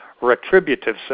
retributive